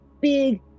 big